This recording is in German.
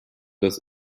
das